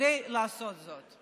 כדי לעשות זאת.